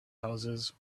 houses